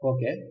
Okay